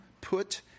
Put